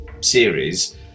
series